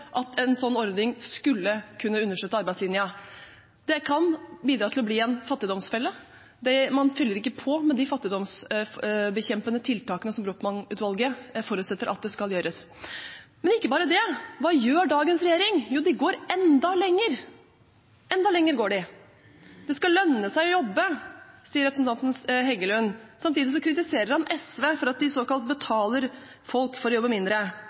at en sånn ordning skulle kunne understøtte arbeidslinjen. Det kan bidra til at dette blir en fattigdomsfelle. Man fyller ikke på med de fattigdomsbekjempende tiltakene som Brochmann-utvalget forutsetter at skal gjøres. Men ikke bare det: Hva gjør dagens regjering? Jo, den går enda lenger. Det skal lønne seg å jobbe, sier representanten Heggelund. Samtidig kritiserer han SV for at de såkalt betaler folk for å jobbe mindre,